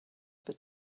for